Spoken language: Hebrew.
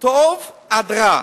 מטוב עד רע.